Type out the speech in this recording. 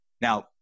Now